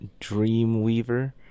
Dreamweaver